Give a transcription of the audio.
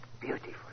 beautiful